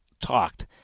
talked